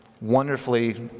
wonderfully